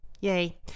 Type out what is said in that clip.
Yay